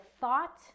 thought